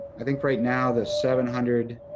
i think right now, the seven hundred